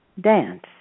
dance